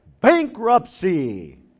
bankruptcy